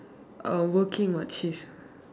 uh working what shift